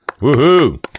Woo-hoo